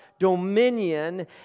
dominion